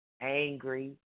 angry